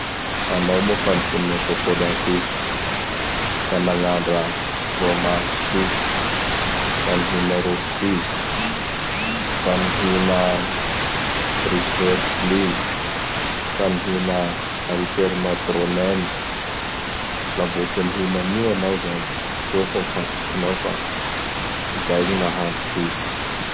Anao moa fa nihina Chocolat Suisse? Fa nagnandra Frômazy Suisse? Fa nihina Rôsty? Fa nihina Breswelsy? Fa nihina Alpelmagronen? La mbô tsy nihina an'io anao zany; da soa fa ho fatatsinao fa zay gny nahandro Suisse?